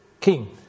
king